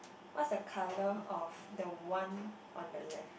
what's the colour of the one on the left